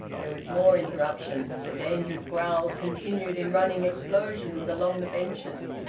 there was more interruption. the dangerous growls continued in running explosions along the benches.